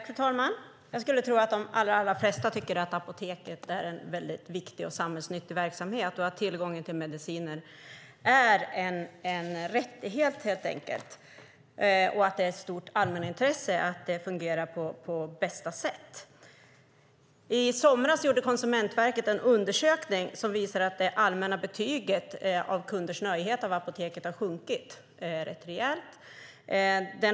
Fru talman! Jag skulle tro att de allra flesta tycker att apoteket är en väldigt viktig och samhällsnyttig verksamhet, att tillgången till mediciner helt enkelt är en rättighet och att det är ett stort allmänintresse att det fungerar på bästa sätt. I somras gjorde Konsumentverket en undersökning som visar att det allmänna betyget när det gäller kunders nöjdhet med apoteket rätt rejält har sjunkit.